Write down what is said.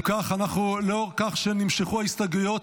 אם כך, לאור כך שנמשכו ההסתייגויות,